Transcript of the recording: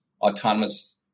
autonomous